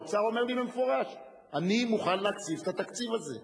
והאוצר אומר לי במפורש: אני מוכן להקציב את התקציב הזה.